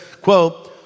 quote